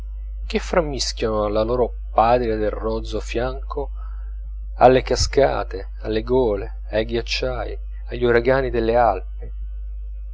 che frammischiano alla loro patria dal rozzo fianco alle cascate alle gole ai ghiacciai agli uragani delle alpi